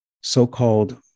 so-called